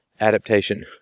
adaptation